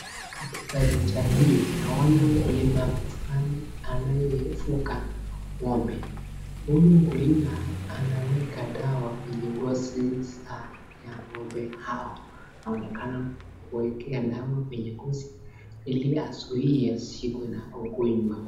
Katika picha hii naona mkulima anatamani kufuka ngombe huyu mkulima anaweka dawa kwenye ngozi ya ngombe yao anaonekana kuwekea dawa ngozi hili azuie ugonjwa.